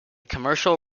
commercial